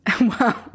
Wow